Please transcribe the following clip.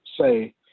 say